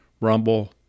Rumble